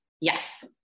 Yes